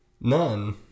None